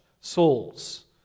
souls